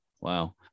Wow